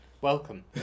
Welcome